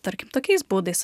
tarkim tokiais būdais